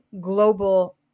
global